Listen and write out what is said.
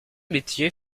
métier